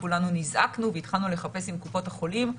כולנו נזעקנו והתחלנו לחפש עם קופות החולים.